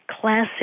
classic